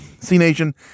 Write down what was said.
C-Nation